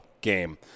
game